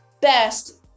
best